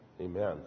Amen